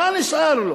מה נשאר לו?